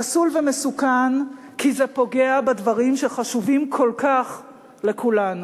פסול ומסוכן כי זה פוגע בדברים שחשובים כל כך לכולנו.